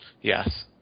Yes